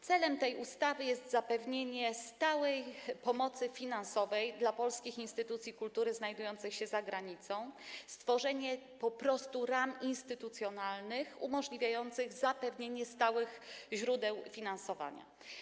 Celem tej ustawy jest zapewnienie stałej pomocy finansowej dla polskich instytucji kultury znajdujących się za granicą, stworzenie po prostu ram instytucjonalnych umożliwiających zapewnienie stałych źródeł finansowania.